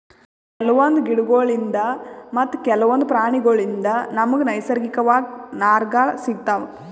ಕೆಲವೊಂದ್ ಗಿಡಗೋಳ್ಳಿನ್ದ್ ಮತ್ತ್ ಕೆಲವೊಂದ್ ಪ್ರಾಣಿಗೋಳ್ಳಿನ್ದ್ ನಮ್ಗ್ ನೈಸರ್ಗಿಕವಾಗ್ ನಾರ್ಗಳ್ ಸಿಗತಾವ್